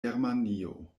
germanio